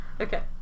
okay